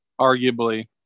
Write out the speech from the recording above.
arguably